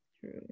True